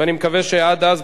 ואני מקווה שעד אז,